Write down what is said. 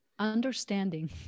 understanding